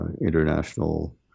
international